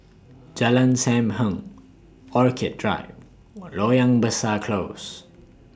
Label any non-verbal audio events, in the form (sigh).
Jalan SAM Heng Orchid Drive (noise) Loyang Besar Close